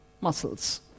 muscles